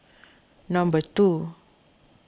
number two